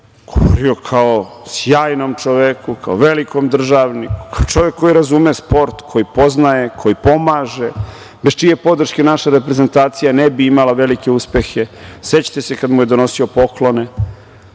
govorio kao o sjajnom čoveku, kao velikom državniku, kao o čoveku koji razume sport, koji poznaje, koji pomaže, bez čije podrške naša reprezentacija, ne bi imala velike uspehe. Sećate se kada mu je donosio poklone,